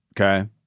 okay